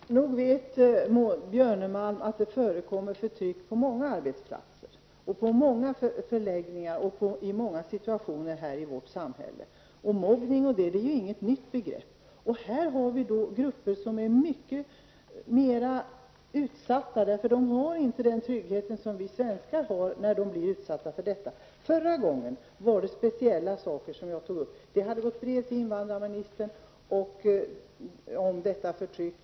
Herr talman! Nog vet Maud Björnemalm att det förekommer förtryck på många arbetsplatser, på många förläggningar och i många situationer i vårt samhälle. Mobbning är inget nytt begrepp. Här har vi gruppen som är mycket mer utsatta, för de har inte den trygghet som vi svenskar har i en utsatt situation. Förra gången tog jag upp speciella saker. Det hade gått ett brev till invandrarministern om detta förtryck.